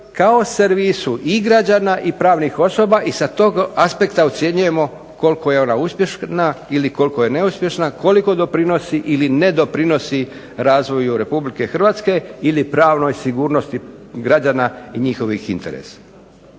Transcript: kao servisu i građana i pravnih osoba i sa tog aspekta ocjenjujemo koliko je ona uspješna ili koliko je neuspješna, koliko doprinosi ili ne doprinosi razvoju RH ili pravnoj sigurnosti građana i njihovih interesa.